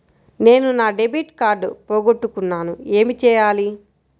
నేను నా debit card పోగొట్టుకున్నాను ఏమి చేయాలి?